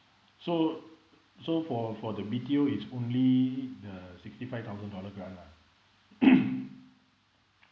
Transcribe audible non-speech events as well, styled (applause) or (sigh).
so so for for the B_T_O is only the sixty five thousand dollar grant lah (coughs)